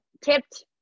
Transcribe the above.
tipped